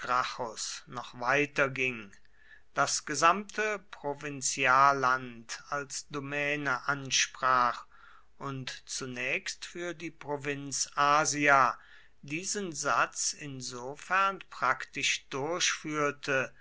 noch weiter ging das gesamte provinzialland als domäne ansprach und zunächst für die provinz asia diesen satz insofern praktisch durchführte